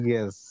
Yes